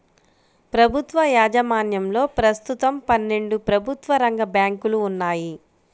ప్రభుత్వ యాజమాన్యంలో ప్రస్తుతం పన్నెండు ప్రభుత్వ రంగ బ్యాంకులు ఉన్నాయి